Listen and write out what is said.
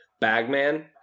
Bagman